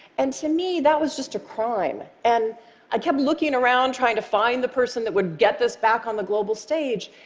and to me that was just a crime, and i kept looking around trying to find the person that would get this back on the global stage,